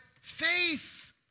faith